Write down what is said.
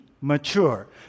mature